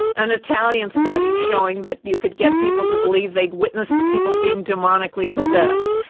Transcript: an italian study showing that you could get people to believe they'd witnessed people being demonically possessed.